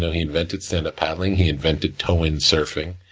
he invented standup paddling, he invented tow-in surfing.